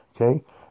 Okay